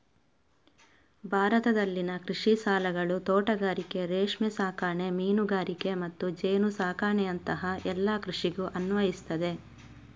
ಭಾರತದಲ್ಲಿನ ಕೃಷಿ ಸಾಲಗಳು ತೋಟಗಾರಿಕೆ, ರೇಷ್ಮೆ ಸಾಕಣೆ, ಮೀನುಗಾರಿಕೆ ಮತ್ತು ಜೇನು ಸಾಕಣೆಯಂತಹ ಎಲ್ಲ ಕೃಷಿಗೂ ಅನ್ವಯಿಸ್ತದೆ